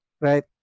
right